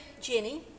Jenny